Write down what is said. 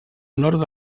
nord